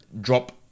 drop